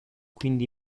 quindi